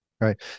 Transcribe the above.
Right